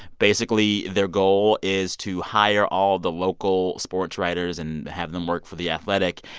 basically, their goal is to hire all the local sports writers and have them work for the athletic.